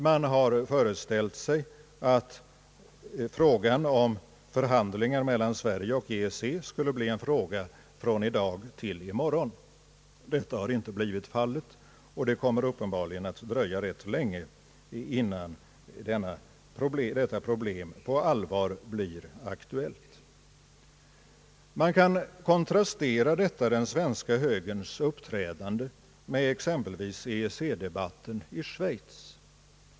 Man har föreställt sig att frågan om förhandlingar mellan Sverige och EEC skulle bli en fråga från i dag till i morgon. Detta har inte blivit fallet, och det kommer uppenbarligen att dröja rätt länge innan detta problem kommer att bli aktuellt på allvar. Man kan kontrastera den svenska högerns uppträdande med exempelvis EEC-debatten i Schweiz.